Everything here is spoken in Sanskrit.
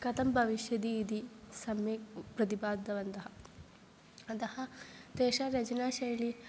कथं भविष्यति इति सम्यक् प्रतिपादितवन्तः अतः तेषां रचनाशैली